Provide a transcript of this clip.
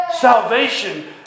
salvation